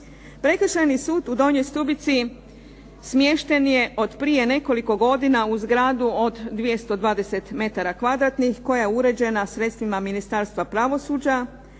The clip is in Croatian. Prekršajni sud u Donjoj Stubici smješten je od prije nekoliko godina u zgradu od 220 metara kvadratnih koja je uređena sredstvima Ministarstva pravosuđa.